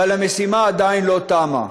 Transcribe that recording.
אבל המשימה עדיין לא תמה,